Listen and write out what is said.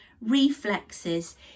reflexes